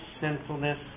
sinfulness